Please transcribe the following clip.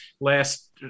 last